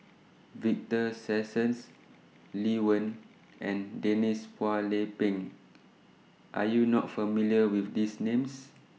Victor Sassoon's Lee Wen and Denise Phua Lay Peng Are YOU not familiar with These Names